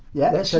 yeah, so